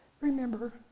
Remember